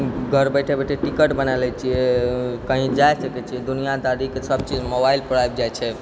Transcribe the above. घर बैठे बैठे टिकट बनै लै छिए कहीँ जा सकै छिए दुनियादारीके सबचीज मोबाइलपर आबि जाइ छै